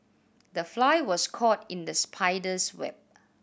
the fly was caught in the spider's web